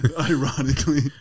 Ironically